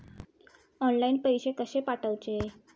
Online पैसे कशे पाठवचे?